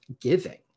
giving